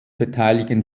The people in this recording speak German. beteiligen